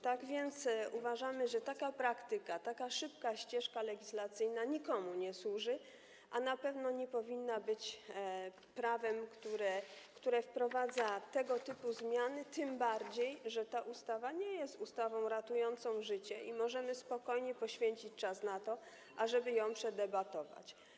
Tak więc uważamy, że taka praktyka, taka szybka ścieżka legislacyjna nikomu nie służy, a na pewno nie powinna być prawem, które wprowadza tego typu zmiany, tym bardziej że ta ustawa nie jest ustawą ratującą życie i możemy spokojnie poświęcić czas na to, ażeby ją przedebatować.